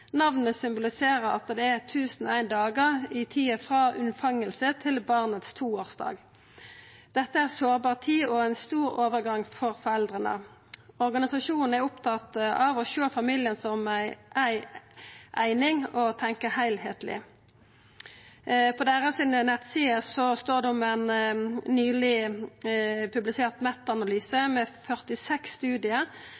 Namnet symboliserer at det er 1001 dagar i tida frå befruktning til barnet sin toårsdag. Dette er ei sårbar tid og ein stor overgang for foreldra. Organisasjonen er opptatt av å sjå familien som ei eining og å tenkja heilskapleg. På nettsidene deira står det om ein nyleg publisert